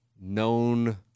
Known